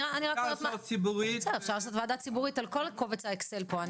בסדר אפשר לעשות וועדה ציבורים על כל קובץ האקסל פה,